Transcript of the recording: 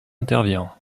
intervient